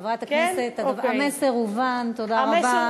חברת הכנסת, המסר הובן, תודה רבה.